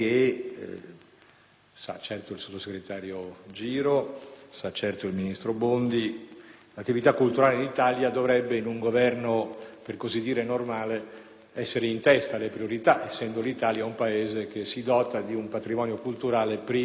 è noto al sottosegretario Giro e al ministro Bondi - l'attività culturale in Italia dovrebbe, in un Governo, per così dire, normale, essere in testa alle priorità, essendo l'Italia il Paese che è dotato di un patrimonio culturale primo al mondo.